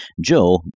Joe